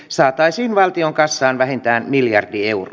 saataisiin valtion kassaan vähintään miljardieur